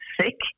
sick